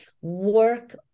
Work